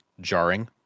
jarring